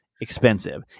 expensive